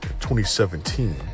2017